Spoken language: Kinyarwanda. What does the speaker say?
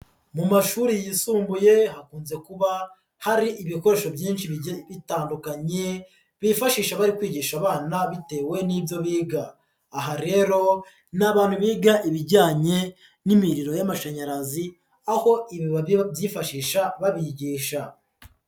Mu mashuri yisumbuye hakunze kuba hari ibikoresho byinshi bigiye bitandukanye, bifashishwa bari kwigisha abana bitewe n'ibyo biga, aha rero n'abantu biga ibijyanye n'imiriro y'amashanyarazi, aho ibi babyifashisha babigisha.